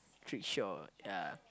trickshaw yeah